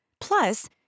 Plus